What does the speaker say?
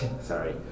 Sorry